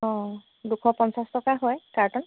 অঁ দুশ পঞ্চাছ টকা হয় কাৰ্টন